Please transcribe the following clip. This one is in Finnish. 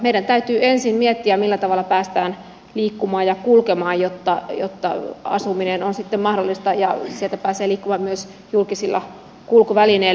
meidän täytyy ensin miettiä millä tavalla päästään liikkumaan ja kulkemaan jotta asuminen on sitten mahdollista ja sieltä pääsee liikkumaan myös julkisilla kulkuvälineillä